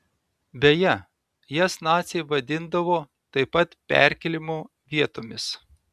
beje jas naciai vadindavo taip pat perkėlimo vietomis